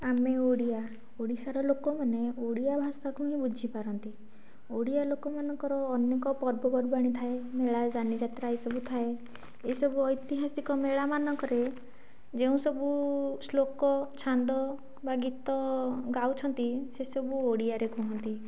ଆମେ ଓଡ଼ିଆ ଓଡ଼ିଶାର ଲୋକମାନେ ଓଡ଼ିଆ ଭାଷାକୁ ହିଁ ବୁଝିପାରନ୍ତି ଓଡ଼ିଆ ଲୋକମାନଙ୍କର ଅନେକ ପର୍ବପର୍ବାଣି ଥାଏ ମେଳା ଯାନିଯାତ୍ରା ଏସବୁ ଥାଏ ଏସବୁ ଐତିହାସିକ ମେଳାମାନଙ୍କରେ ଯେଉଁସବୁ ଶ୍ଳୋକ ଛାନ୍ଦ ବା ଗୀତ ଗାଉଛନ୍ତି ସେସବୁ ଓଡ଼ିଆରେ କୁହନ୍ତି